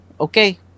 Okay